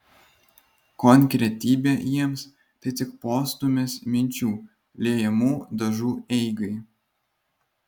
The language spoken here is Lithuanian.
konkretybė jiems tai tik postūmis minčių liejamų dažų eigai